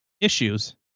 issues